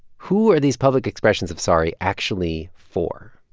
who are these public expressions of sorry actually for?